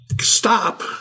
stop